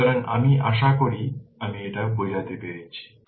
সুতরাং আমি আশা করি আমি এটি বোঝাতে পেরেছি